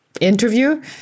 interview